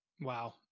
wow